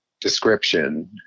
description